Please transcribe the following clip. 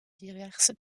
diverses